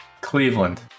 Cleveland